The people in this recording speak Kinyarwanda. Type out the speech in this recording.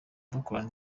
dukorana